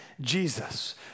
Jesus